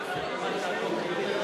אם ההצעה תהיה יותר